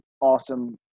awesome